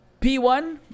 P1